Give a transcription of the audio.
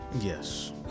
Yes